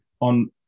on